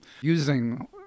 using